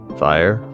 fire